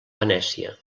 venècia